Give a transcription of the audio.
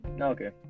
Okay